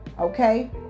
okay